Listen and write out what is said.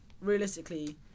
realistically